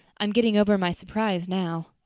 i'm getting over my surprise now.